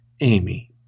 Amy